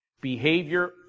Behavior